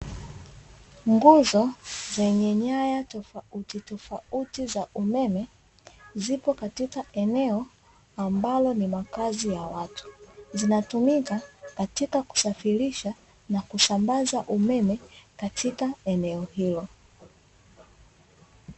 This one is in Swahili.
Nguzo zenye nyaya tofautitofauti za umeme, zipo katika eneo ambalo ni makazi ya watu. Zinatumika katika kusafirisha na kusambaza umeme katika eneo hilo.